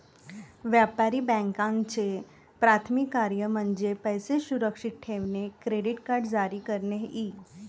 व्यापारी बँकांचे प्राथमिक कार्य म्हणजे पैसे सुरक्षित ठेवणे, क्रेडिट कार्ड जारी करणे इ